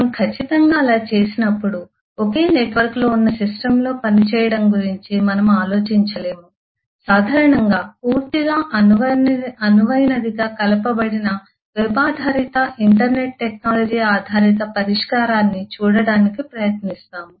మనము ఖచ్చితంగా అలా చేసినప్పుడు ఒకే నెట్వర్క్లో ఉన్న సిస్టమ్లో పనిచేయడం గురించి మనం ఆలోచించలేము సాధారణంగా పూర్తిగా అనువైనదిగా కలపబడిన వెబ్ ఆధారిత ఇంటర్నెట్ టెక్నాలజీ ఆధారిత పరిష్కారాన్ని చూడటానికి ప్రయత్నిస్తాము